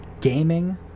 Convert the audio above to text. gaming